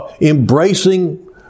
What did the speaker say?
embracing